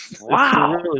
Wow